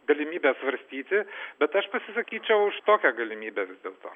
galimybę svarstyti bet aš pasisakyčiau už tokią galimybę vis dėlto